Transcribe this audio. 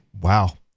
Wow